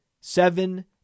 seven